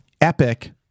epic